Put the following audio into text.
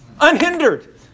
Unhindered